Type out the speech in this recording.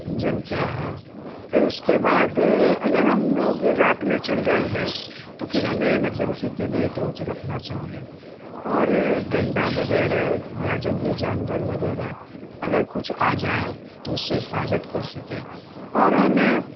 engine کیا ہے پھر اس کے بعد اگر ہم لوگ رات میں چل رہے ہیں تو پھر ہمیں ایمرجنسی کے لیے ٹارچ رکھنا چاہیے اور ڈنڈا وغیرہ یا جنگلی جانور وغیرہ اگر کچھ آ جائے تو اس سے حفاظت کر سکیں اور ہمیں